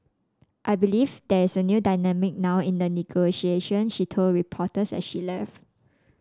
I believe there is a new dynamic now in the negotiation she told reporters as she left